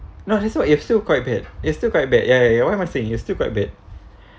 no as what if still quite bad is still quite bad ya ya what am I saying is still quite bad